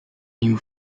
new